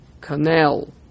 Canal